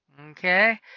Okay